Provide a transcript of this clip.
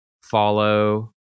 follow